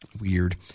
Weird